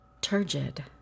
turgid